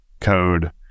code